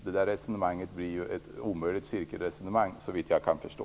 Det där resonemanget blir ju ett omöjligt cirkelresonemang, såvitt jag kan förstå.